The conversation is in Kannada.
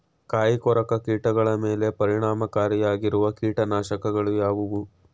ಕಾಯಿಕೊರಕ ಕೀಟಗಳ ಮೇಲೆ ಪರಿಣಾಮಕಾರಿಯಾಗಿರುವ ಕೀಟನಾಶಗಳು ಯಾವುವು?